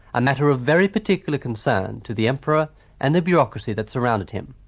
a matter of very particular concern to the emperor and the bureaucracy that surrounded him.